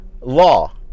law